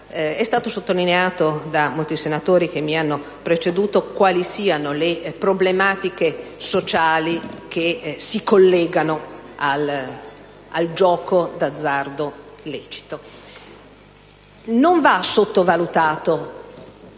già state sottolineate da molti senatori che mi hanno preceduto le problematiche sociali che si collegano al gioco d'azzardo lecito. Non va sottovalutato